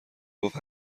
گفت